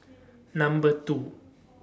Number two